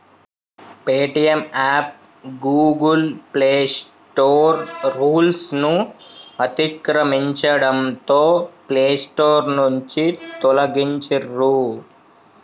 Paytm app Google play store రూల్స్ను అతిక్రమించడంతో play store నుంచి తొలగించిర్రు